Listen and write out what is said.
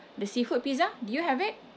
the seafood pizza do you have it